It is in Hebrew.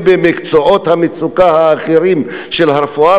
ובמקצועות המצוקה האחרים של הרפואה,